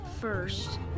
first